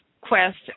quest